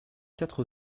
quatre